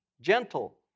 gentle